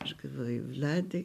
aš galvojau vladai